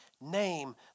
name